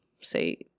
say